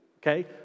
okay